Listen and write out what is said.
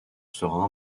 sera